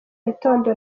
gitondo